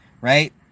right